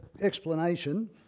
explanation